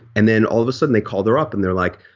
and then all of a sudden they called her up and they're like,